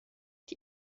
die